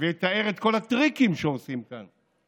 ואתאר את כל הטריקים שעושים כאן,